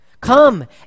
Come